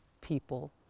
people